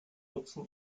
nutzen